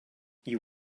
you